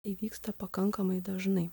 įvyksta pakankamai dažnai